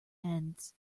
ends